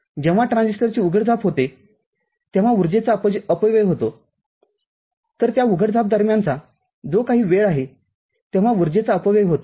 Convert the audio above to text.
जेव्हा ट्रान्झिस्टरची उघडझाप होते तेव्हा ऊर्जेचा अपव्यय होतो तरत्या उघडझाप दरम्यानचा जो काही वेळ आहे तेव्हा ऊर्जेचा अपव्यय होतो